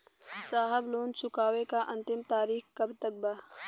साहब लोन चुकावे क अंतिम तारीख कब तक बा?